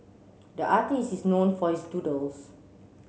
the artist is known for his doodles